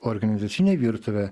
organizacinę virtuvę